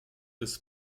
des